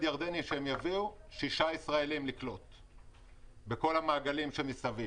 ירדני שהם יביאו בכל המעגלים שמסביב.